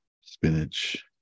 spinach